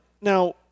now